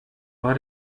war